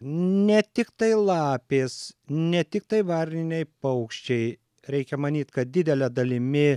ne tiktai lapės ne tiktai varniniai paukščiai reikia manyt kad didele dalimi